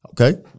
Okay